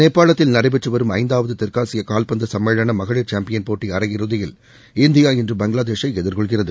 நேபாளத்தில் நடைபெற்று வரும் ஐந்தாவது தெற்காசியகால்பந்து சம்மேளன மகளிர் சாம்பியன் போட்டி அரையிறுதியில்இந்தியா இன்று பங்களாதேஷை எதிர்கொள்கிறது